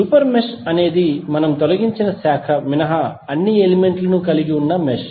super mesh అనేది మనము తొలగించిన బ్రాంచ్ మినహా అన్ని ఎలిమెంట్లను కలిగి ఉన్న మెష్